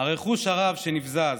הרכוש הרב שנבזז.